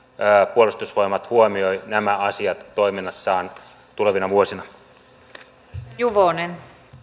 puolustusvoimat huomioi nämä asiat toiminnassaan tulevina vuosina